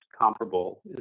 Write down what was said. comparable